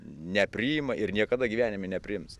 nepriima ir niekada gyvenime nepriims